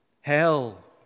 hell